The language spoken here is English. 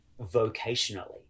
vocationally